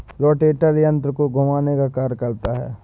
rotator यन्त्र को घुमाने का कार्य करता है